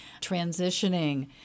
transitioning